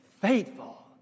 faithful